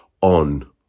on